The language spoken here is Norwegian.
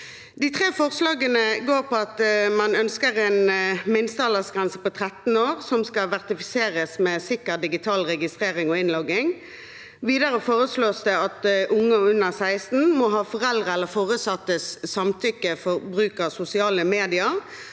De tre forslagene går bl.a. på at man ønsker en minste aldersgrense på 13 år, som skal verifiseres med sikker digital registrering og innlogging. Videre foreslås det at unge under 16 år må ha foreldre eller foresattes samtykke for bruk av sosiale medier.